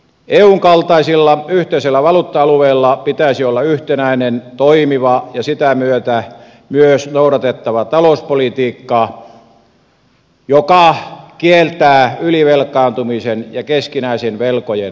eun kaltaisella yhteisellä valuutta alueella pitäisi olla yhtenäinen toimiva ja sitä myötä myös noudatettava talouspolitiikka joka kieltää ylivelkaantumisen ja keskinäisen velkojen takauksen